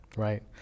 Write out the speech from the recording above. Right